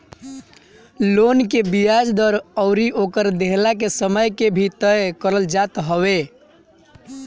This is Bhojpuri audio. लोन के बियाज दर अउरी ओकर देहला के समय के भी तय करल जात हवे